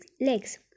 legs